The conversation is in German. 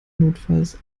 notfalls